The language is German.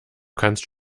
kannst